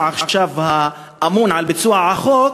הוא עכשיו אמון על ביצוע החוק,